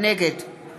נגד